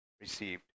received